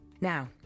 Now